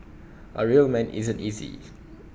A real man isn't easy